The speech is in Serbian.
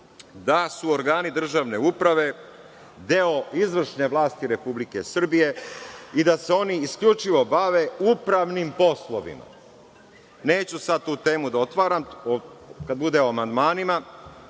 da su organi državne uprave deo izvršne vlasti Republike Srbije i da se oni isključivo bave upravnim poslovima. Neću sad tu temu da otvaram, kad bude o amandmanima